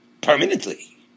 Permanently